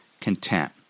content